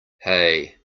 hey